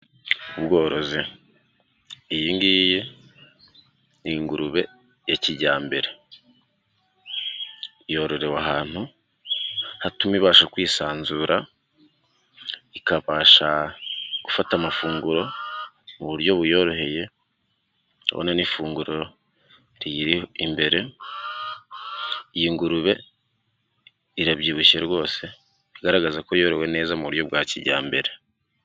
Ubworozi. Iyi ngiyi ni ingurube ya kijyambere. Yororewe ahantu hatuma ibasha kwisanzura, ibasha gufata amafunguro mu buryo buyoroheye, ibona n'ifunguro riyiri imbere. Iyi ngurube irabyibushye rwose, bigaragara ko yorowe neza mu buryo bwa kijyambere